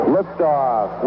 Liftoff